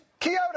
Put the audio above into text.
Kyoto